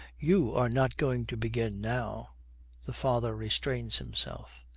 you are not going to begin now the father restrains himself.